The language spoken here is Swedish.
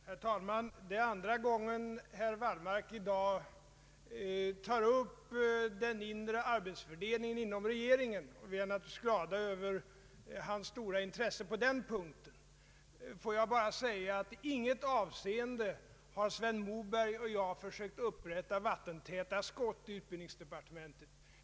Herr talman! Det är nu andra gången i dag som herr Wallmark tar upp den inre arbetsfördelningen inom regeringen, och vi är naturligtvis glada över hans stora intresse på den punkten. Tillåt mig bara säga att Sven Moberg och jag i inget avseende har försökt att upprätta vattentäta skott i utbildningsdepartementet.